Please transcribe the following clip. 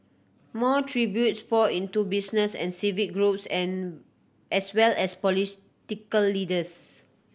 more tributes poured into business and civic groups and as well as political leaders